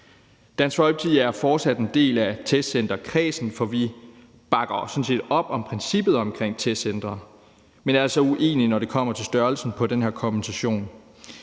Dansk Folkeparti er fortsat en del af testcenterkredsen, for vi bakker jo sådan set op om princippet omkring testcentrene, men vi er altså uenige, når det kommer til størrelsen på den her kompensation.